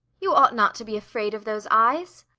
you ought not to be afraid of those eyes.